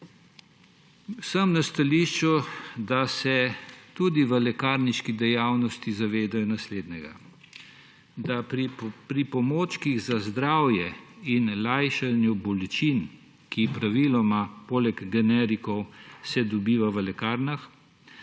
Sem na stališču, da se tudi v lekarniški dejavnosti zavedajo naslednjega. Da za pripomočke za zdravje in lajšanje bolečin, ki se praviloma poleg generikov dobijo v lekarnah,